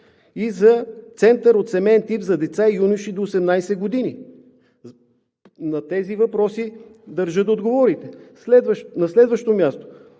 и за Центъра от семеен тип за деца и юноши до 18 години? На тези въпроси държа да отговорите. На следващо място,